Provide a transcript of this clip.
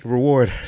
Reward